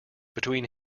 between